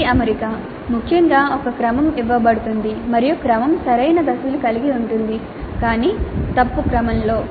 తిరిగి అమరిక ముఖ్యంగా ఒక క్రమం ఇవ్వబడుతుంది మరియు క్రమం సరైన దశలను కలిగి ఉంటుంది కానీ తప్పు క్రమంలో